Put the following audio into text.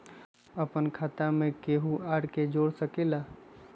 अपन खाता मे केहु आर के जोड़ सके ला?